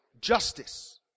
justice